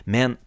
Men